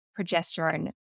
progesterone